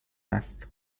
است